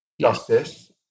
justice